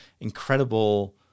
incredible